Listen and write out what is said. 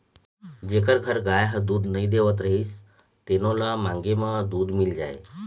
जेखर घर गाय ह दूद नइ देवत रहिस तेनो ल मांगे म दूद मिल जाए